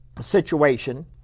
situation